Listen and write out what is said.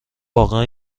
واقعا